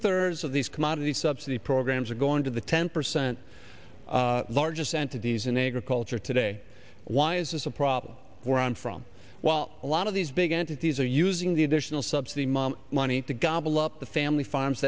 thirds of these commodity subsidy programs are going to the ten percent largest entities in agriculture today why is this a problem where i'm from while a lot of these began to these are using the additional subsidy mom money to gobble up the family farms